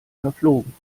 verflogen